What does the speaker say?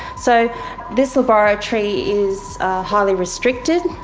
so this laboratory is highly restricted,